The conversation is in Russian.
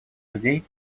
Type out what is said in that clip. людей